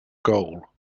goal